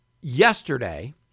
yesterday